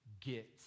get